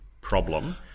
problem